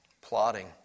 Plotting